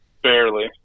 barely